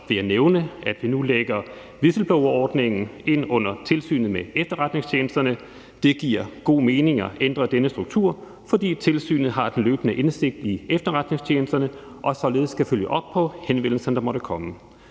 vil jeg nævne, at vi nu lægger whistleblowerordningen ind under Tilsynet med Efterretningstjenesterne. Det giver god mening at ændre denne struktur, fordi tilsynet har den løbende indsigt i efterretningstjenesterne og således skal følge op på de henvendelser, der måtte komme.